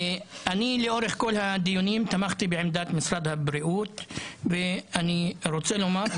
אני לאורך כל הדיונים תמכתי בעמדת משרד הבריאות ואני רוצה לומר,